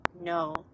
no